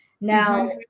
Now